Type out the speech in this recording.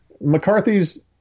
McCarthy's